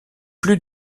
plus